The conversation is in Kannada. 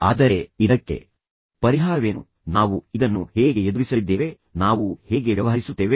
ಆದರೆ ಇದಕ್ಕೆ ಪರಿಹಾರವೇನು ನಾವು ಇದನ್ನು ಹೇಗೆ ಎದುರಿಸಲಿದ್ದೇವೆ ನಾವು ಹೇಗೆ ವ್ಯವಹರಿಸುತ್ತೇವೆ